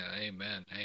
Amen